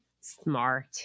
Smart